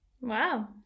Wow